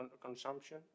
consumption